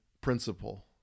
principle